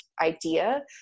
idea